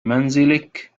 منزلك